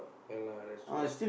ya lah that's true